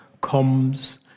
comes